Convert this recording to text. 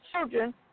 children